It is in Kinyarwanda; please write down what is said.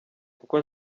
kuko